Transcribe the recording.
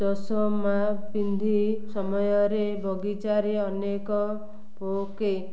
ଚଷମା ପିନ୍ଧି ସମୟରେ ବଗିଚାରେ ଅନେକ ପୋକେ